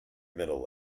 middle